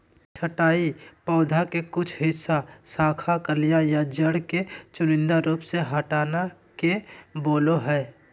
छंटाई पौधा के कुछ हिस्सा, शाखा, कलियां या जड़ के चुनिंदा रूप से हटाना के बोलो हइ